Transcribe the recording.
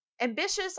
Ambitious